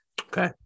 Okay